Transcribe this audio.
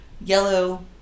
Yellow